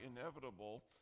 inevitable